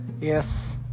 Yes